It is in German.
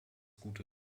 gute